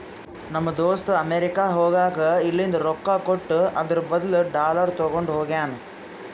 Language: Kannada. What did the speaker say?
ನಮ್ ದೋಸ್ತ ಅಮೆರಿಕಾ ಹೋಗಾಗ್ ಇಲ್ಲಿಂದ್ ರೊಕ್ಕಾ ಕೊಟ್ಟು ಅದುರ್ ಬದ್ಲು ಡಾಲರ್ ತಗೊಂಡ್ ಹೋಗ್ಯಾನ್